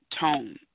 tone